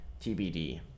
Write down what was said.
TBD